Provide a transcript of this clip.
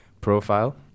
profile